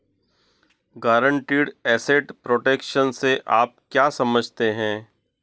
Guaranteed asset protection से आप क्या समझते हैं?